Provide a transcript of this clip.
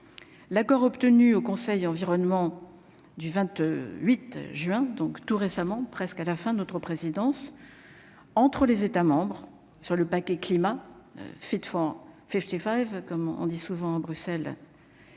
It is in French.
l'accord obtenu au Conseil Environnement du 20 8 juin donc tout récemment, presque à la fin de notre présidence entre les États membres sur le paquet climat- fait font Fifty Five comme on dit souvent : Bruxelles.